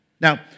Now